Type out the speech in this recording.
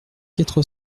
quatre